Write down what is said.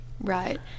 Right